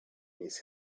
miss